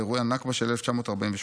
באירועי הנכבה של 1948,